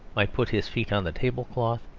might put his feet on the tablecloth,